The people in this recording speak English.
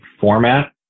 format